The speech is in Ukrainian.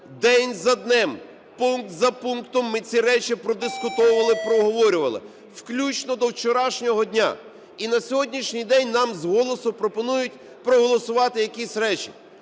День за днем, пункт за пунктом ми ці речі продискутовували, проговорювали, включно до вчорашнього дня. І на сьогоднішній день нам з голосу пропонують проголосувати якісь речі